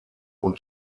und